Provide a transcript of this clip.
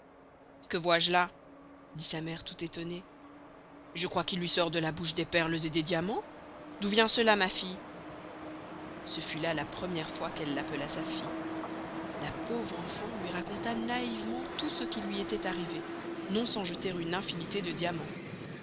que voy je là dit sa mere tout estonnée je crois qu'il luy sort de la bouche des perles et des diamants d'où vient cela ma fille ce fut là la premiere fois qu'elle l'appela sa fille la pauvre enfant luy raconta naïvement tout ce qui luy estoit arrivé non sans jetter une infinité de diamants